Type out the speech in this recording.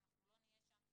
אנחנו לא נהיה שם.